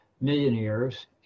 millionaires